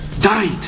died